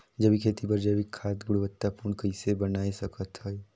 जैविक खेती बर जैविक खाद गुणवत्ता पूर्ण कइसे बनाय सकत हैं?